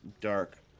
dark